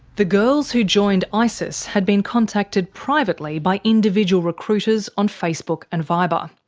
the girls who joined isis had been contacted privately by individual recruiters on facebook and viber.